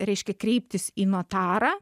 reiškia kreiptis į notarą